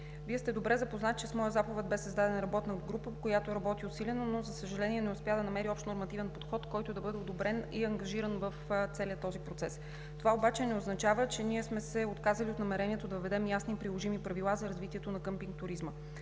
Вие сте добре запознат, че с моя заповед беше създадена работна група, която работи усилено, но, за съжаление, не успя да намери общ нормативен подход, който да бъде одобрен и ангажиран, в целия този процес. Това обаче не означава, че сме се отказали от намерението да въведем ясни и приложими правила за развитието на къмпинг туризма.